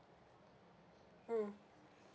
mm